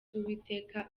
z’uwiteka